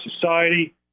society